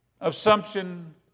Assumption